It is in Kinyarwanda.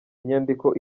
inyandiko